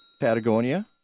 Patagonia